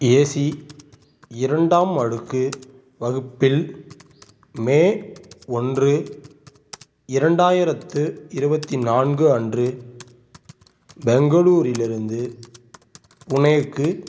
AC இரண்டாம் அடுக்கு வகுப்பில் மே ஒன்று இரண்டாயிரத்து இருபத்தி நான்கு அன்று பெங்களூரிலிருந்து புனேவுக்கு